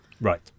right